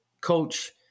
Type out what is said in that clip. coach